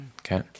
Okay